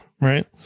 right